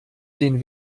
den